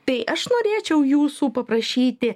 tai aš norėčiau jūsų paprašyti